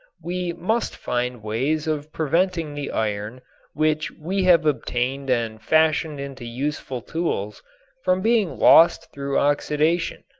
we must find ways of preventing the iron which we have obtained and fashioned into useful tools from being lost through oxidation.